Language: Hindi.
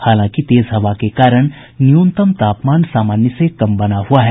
हालांकि तेज हवा के कारण न्यूनतम तापमान सामान्य से कम बना हुआ है